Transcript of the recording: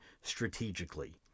strategically